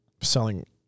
selling